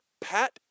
pat